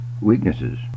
weaknesses